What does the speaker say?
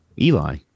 Eli